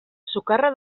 sukarra